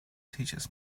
teaches